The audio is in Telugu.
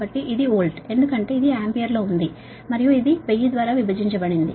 కాబట్టి ఇది వోల్ట్ ఎందుకంటే ఇది ఆంపియర్లో ఉంది మరియు ఇది 1000 ద్వారా విభజించబడింది